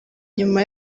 nyuma